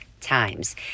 times